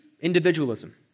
individualism